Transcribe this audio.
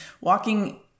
walking